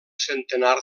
centenar